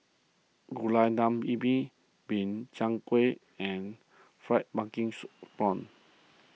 Gulai Daun Ubi Min Chiang Kueh and Fried Pumpkins Prawns